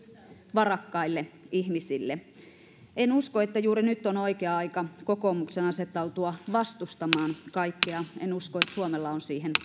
varakkaille ihmisille en usko että juuri nyt on oikea aika kokoomuksen asettautua vastustamaan kaikkea en usko että suomella on siihen